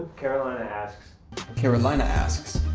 carolina asks carolina asks,